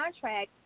contract